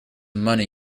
money